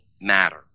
matter